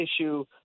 issue